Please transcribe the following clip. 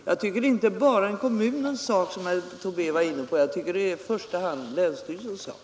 Jag tycker inte att det är bara en kommunens sak, som herr Tobé var inne på. Jag tycker det är i första hand länsstyrelsens sak.